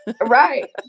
Right